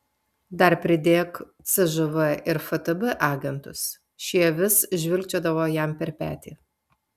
dar pridėk cžv ir ftb agentus šie vis žvilgčiodavo jam per petį